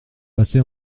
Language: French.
passé